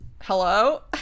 Hello